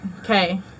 Okay